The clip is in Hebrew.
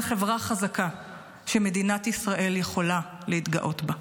חברה חזקה שמדינת ישראל יכולה להתגאות בה.